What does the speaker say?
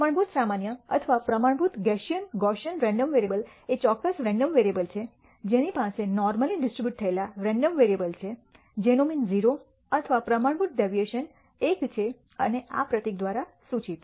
પ્રમાણભૂત સામાન્ય અથવા પ્રમાણભૂત ગૌસિયન રેન્ડમ વેરીએબલ એ ચોક્કસ રેન્ડમ વેરીએબલ છે જેની પાસે નોર્મલી ડિસ્ટ્રીબ્યુટ થયેલા રેન્ડમ વેરિયેબલ છે જેનો મીન 0 અને પ્રમાણભૂત ડેવિએશન એક છે અને આ પ્રતીક દ્વારા સૂચિત